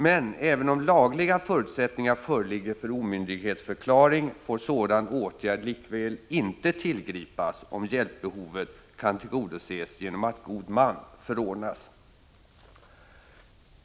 Men även om lagliga förutsättningar föreligger för omyndighetsförklaring, får sådan åtgärd likväl inte tillgripas om hjälpbehovet kan tillgodoses genom att god man förordnas.